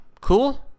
Cool